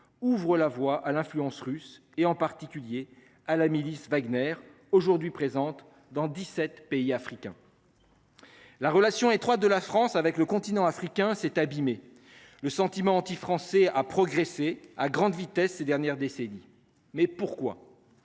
ouvre la voie à l'influence russe et en particulier à la milice Wagner aujourd'hui présente dans 17 pays africains. La relation étroite de la France avec le continent africain s'est abîmé le sentiment anti-français a progressé à grande vitesse ces dernières décennies. Mais pourquoi.